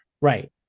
Right